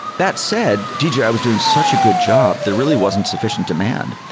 that said, dji dji was doing such a good job. there really wasn't sufficient demand.